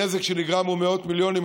הנזק שנגרם הוא מאות מיליונים,